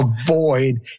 avoid